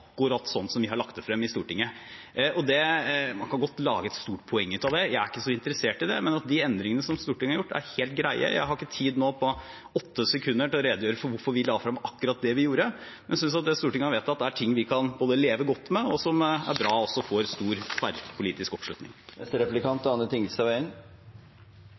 som vi har lagt det frem i Stortinget. Man kan godt lage et stort poeng av det – jeg er ikke så interessert i det – men de endringene som Stortinget har gjort, er helt greie. Jeg har ikke tid nå – i løpet av åtte sekunder – til å redegjøre for hvorfor vi la frem akkurat det vi gjorde, men jeg synes at det Stortinget har vedtatt, er ting vi kan leve godt med, og som det er bra får stor og tverrpolitisk oppslutning. Jeg tror kanskje det er